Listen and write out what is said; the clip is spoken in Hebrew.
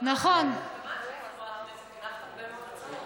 אבל גם את כשהיית חברת כנסת הנחת הרבה מאוד הצעות.